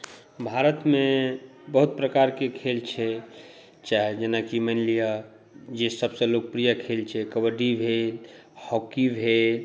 भारतमे बहुत प्रकारके खेल छै चाहे जेनाकि मानि लिअ जे सभसँ लोकप्रिय खेल छै कबड्डी भेल हॉकी भेल